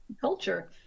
culture